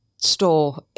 store